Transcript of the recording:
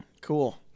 Cool